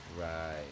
right